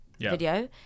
video